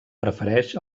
prefereix